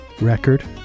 record